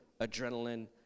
adrenaline